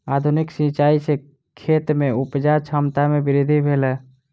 आधुनिक सिचाई सॅ खेत में उपजा क्षमता में वृद्धि भेलै